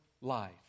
life